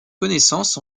connaissances